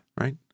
right